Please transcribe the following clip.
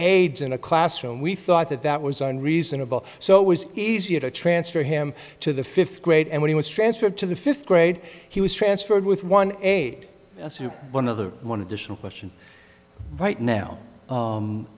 aides in a classroom we thought that that was on reasonable so it was easier to transfer him to the fifth grade and when he was transferred to the fifth grade he was transferred with one eight one of the one additional question right now